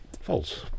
false